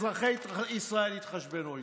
אזרחי ישראל יתחשבנו איתכם.